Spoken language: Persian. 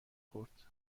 خورد